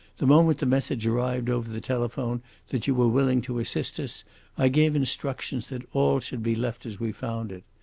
the moment the message arrived over the telephone that you were willing to assist us i gave instructions that all should be left as we found it.